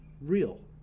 Real